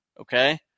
Okay